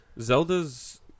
Zelda's